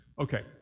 Okay